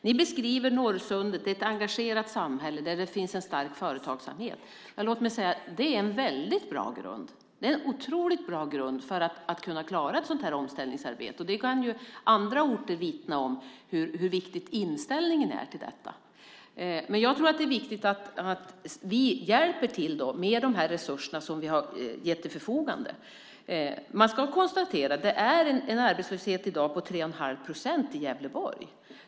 Ni beskriver Norrsundet, ett engagerat samhälle där det finns en stark företagsamhet. Låt mig säga att det är en otroligt bra grund för att kunna klara ett omställningsarbete. Också andra orter kan vittna om hur viktig inställningen är till detta. Jag tror att det är viktigt att vi hjälper till med de resurser som vi har ställt till förfogande. Det är en arbetslöshet i dag på 3 1⁄2 procent i Gävleborg.